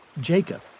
Jacob